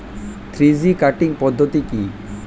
Three G cutting পদ্ধতি কি?